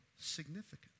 Significant